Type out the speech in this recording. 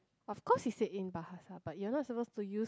of course he said in Bahasa but you are not supposed to use